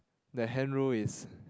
the hand roll is